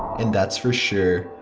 and that's for sure,